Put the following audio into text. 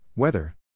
Weather